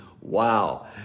Wow